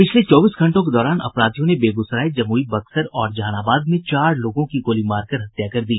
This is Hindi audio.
पिछले चौबीस घंटों के दौरान अपराधियों ने बेगूसराय जमुई बक्सर और जहानाबाद में चार लोगों की गोली मारकर हत्या कर दी